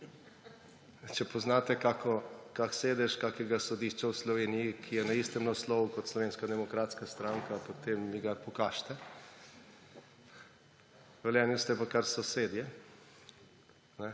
Če poznate kakšen sedež kakšnega sodišča v Sloveniji, ki je na istem naslovu kot Slovenska demokratska stranka, potem mi ga pokažite. V Velenju ste pa kar sosedje.